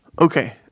Okay